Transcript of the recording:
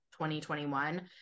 2021